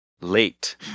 Late